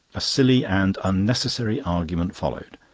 a silly and unnecessary argument followed,